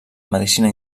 medicina